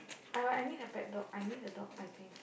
uh I need a pet dog I need a dog I think